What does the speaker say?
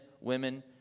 women